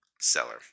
seller